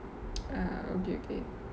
ah okay okay